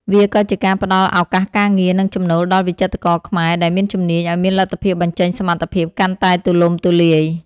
វាក៏ជាការផ្ដល់ឱកាសការងារ និងចំណូលដល់វិចិត្រករខ្មែរដែលមានជំនាញឱ្យមានលទ្ធភាពបញ្ចេញសមត្ថភាពកាន់តែទូលំទូលាយ។